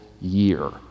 year